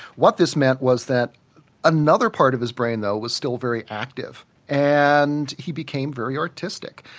what this meant was that another part of his brain, though, was still very active and he became very artistic.